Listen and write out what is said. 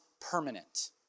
permanent